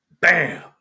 bam